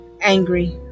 angry